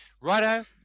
Righto